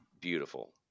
beautiful